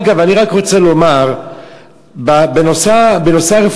אגב, אני רק רוצה לומר בנושא הרפואה,